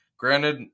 Granted